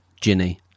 Ginny